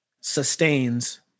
sustains